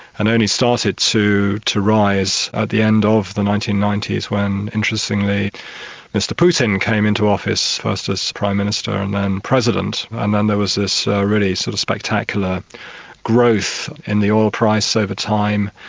and only started to to rise at the end of the nineteen ninety s when interestingly mr putin came into office, first as prime minister and then president, and then there was this really sort of spectacular growth in the oil price over time.